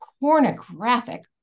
pornographic